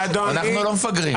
אנחנו לא מפגרים.